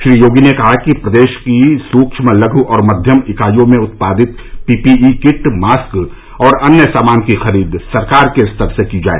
श्री योगी ने कहा कि प्रदेश की सूक्ष्म लघु और मध्यम इकाइयों में उत्पादित पीपीई किट मारक और अन्य सामान की खरीद सरकार के स्तर से की जाए